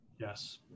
Yes